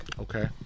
Okay